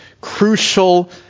crucial